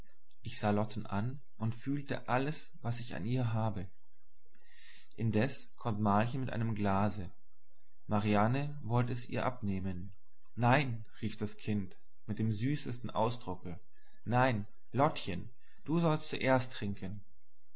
ich sah lotten an und fühlte alles was ich an ihr habe indem kommt malchen mit einem glase mariane wollt es ihr abnehmen nein rief das kind mit dem süßesten ausdrucke nein lottchen du sollst zuerst trinken